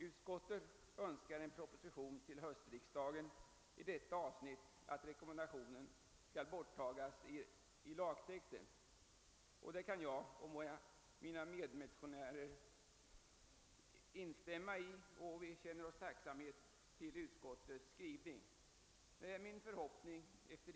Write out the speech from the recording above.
Utskottet önskar en proposition till höstriksdagen i detta avsnitt om att rekommendationen skall berttagas ur lagtexten. Detta kan jag och mina medmotionärer instämma i. Vi känner oss också tacksamma för utskottets skrivning.